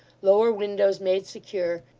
lower windows made secure,